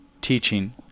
teaching